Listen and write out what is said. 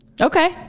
Okay